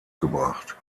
gebracht